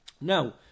now